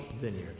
vineyard